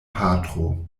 patro